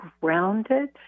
grounded